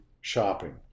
shopping